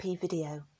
Video